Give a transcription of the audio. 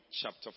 chapter